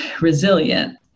resilient